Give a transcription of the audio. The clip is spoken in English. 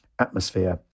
atmosphere